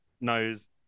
knows